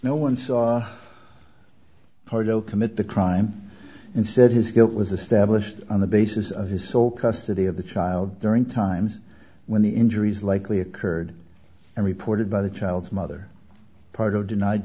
no one saw pardo commit the crime and said his guilt was established on the basis of his sole custody of the child during times when the injuries likely occurred and reported by the child's mother pardo denied